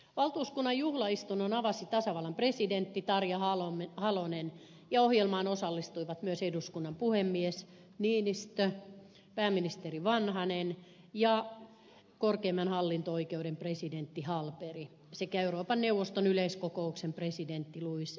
valtuuskunnan juhlaistunnon avasi tasavallan presidentti tarja halonen ja ohjelmaan osallistuivat myös eduskunnan puhemies niinistö pääministeri vanhanen ja korkeimman hallinto oikeuden presidentti hallberg sekä euroopan neuvoston yleiskokouksen presidentti lluis de puig